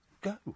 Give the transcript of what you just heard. go